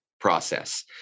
process